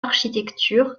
architecture